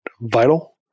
vital